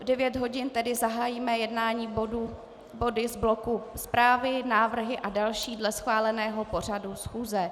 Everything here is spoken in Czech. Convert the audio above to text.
V 9 hodin tedy zahájíme jednání body z bloku zprávy, návrhy a další dle schváleného pořadu schůze.